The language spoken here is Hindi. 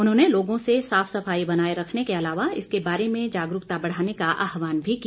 उन्होंने लोगों से साफ सफाई बनाए रखने के अलावा इसके बारे में जागरूकता बढ़ाने का आहवान भी किया